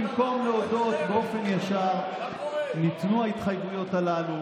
במקום להודות באופן ישר שניתנו ההתחייבויות הללו